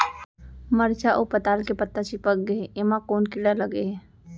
मरचा अऊ पताल के पत्ता चिपक गे हे, एमा कोन कीड़ा लगे है?